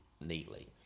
neatly